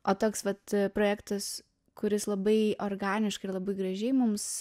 o toks vat projektas kuris labai organiškai ir labai gražiai mums